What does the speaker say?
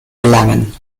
gelangen